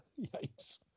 Yikes